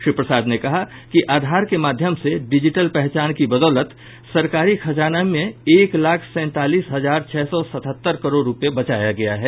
श्री प्रसाद ने कहा कि आधार के माध्यम से डिजिटल पहचान की बदौलत सरकारी खजाने में एक लाख सैंतालिस हजार छह सौ सतहत्तर करोड़ रुपये बचाया गया है